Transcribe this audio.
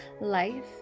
life